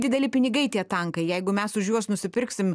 dideli pinigai tie tankai jeigu mes už juos nusipirksim